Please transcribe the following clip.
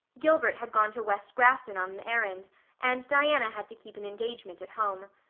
gilbert had gone to west grafton on an errand and diana had to keep an engagement at home.